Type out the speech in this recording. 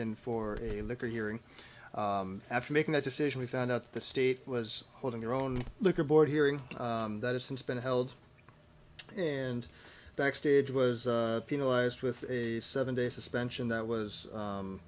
in for a liquor hearing after making that decision we found out the state was holding their own liquor board hearing that it's since been held and backstage was penalized with a seven day suspension that was u